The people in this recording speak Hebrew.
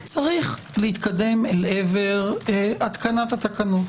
צריך להתקדם אל עבר התקנת התקנות.